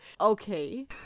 Okay